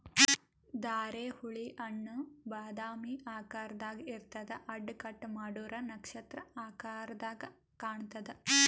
ಧಾರೆಹುಳಿ ಹಣ್ಣ್ ಬಾದಾಮಿ ಆಕಾರ್ದಾಗ್ ಇರ್ತದ್ ಅಡ್ಡ ಕಟ್ ಮಾಡೂರ್ ನಕ್ಷತ್ರ ಆಕರದಾಗ್ ಕಾಣತದ್